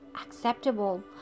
acceptable